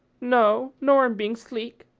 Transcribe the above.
no, nor in being sleek.